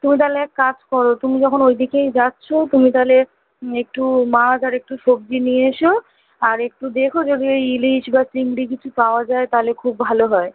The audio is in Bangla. তুমি তালে এক কাজ করো তুমি যখন ঐ দিকেই যাচ্ছ তুমি তালে একটু মাছ আর একটু সবজি নিয়ে এসো আর একটু দেখ যদি ঐ ইলিশ বা চিংড়ি কিছু পাওয়া যায় তাহলে খুব ভালো হয়